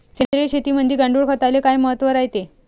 सेंद्रिय शेतीमंदी गांडूळखताले काय महत्त्व रायते?